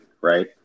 right